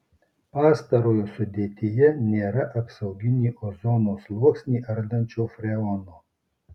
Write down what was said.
pastarojo sudėtyje nėra apsauginį ozono sluoksnį ardančio freono